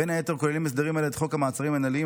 בין היתר כוללים הסדרים אלה את חוק המעצרים המינהליים